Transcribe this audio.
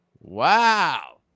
Wow